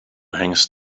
hängst